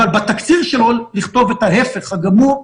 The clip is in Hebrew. אבל בתקציר שלו לכתוב את ההפך הגמור,